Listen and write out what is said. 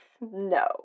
No